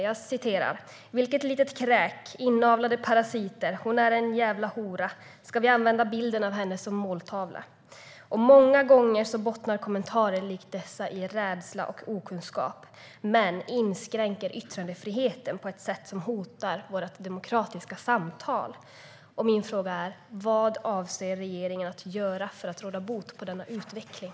Jag kunde läsa bland annat följande: Vilket litet kräk. Inavlade parasiter. Hon är en jävla hora. Ska vi använda bilden av henne som måltavla? Många gånger bottnar kommentarer likt dessa i rädsla och okunskap men inskränker yttrandefriheten på ett sätt som hotar vårt demokratiska samtal. Min fråga är: Vad avser regeringen att göra för att råda bot på denna utveckling?